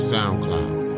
SoundCloud